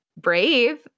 brave